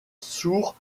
sourd